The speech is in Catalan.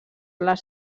les